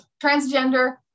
transgender